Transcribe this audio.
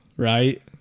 Right